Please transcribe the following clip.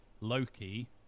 Loki